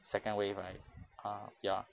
second wave right ah ya